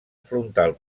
frontal